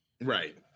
right